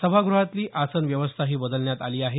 सभागृहातली आसन व्यवस्थाही बदलण्यात आली आहे